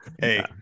Hey